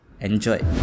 Enjoy